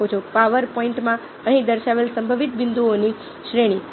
power પોઈન્ટમાં અહીં દર્શાવેલ સંભવિત બિંદુઓની શ્રેણી